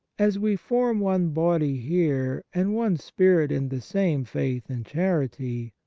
as we form one body here and one spirit in the same faith and charity,